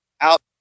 out